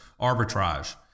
arbitrage